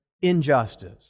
injustice